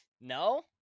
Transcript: No